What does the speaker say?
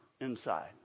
inside